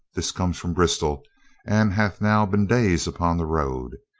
this comes from bristol and hath now been days upon the road.